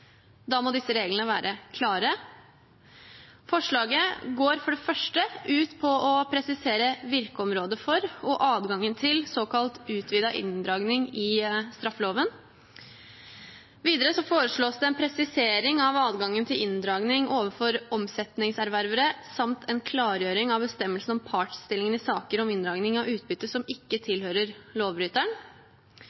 Da må disse reglene være klare. Forslaget går for det første ut på å presisere virkeområdet for og adgangen til såkalt utvidet inndragning i straffeloven. Videre foreslås det en presisering av adgangen til inndragning overfor omsetningserververe samt en klargjøring av bestemmelsen om partsstillingen i saker om inndragning av utbytte som ikke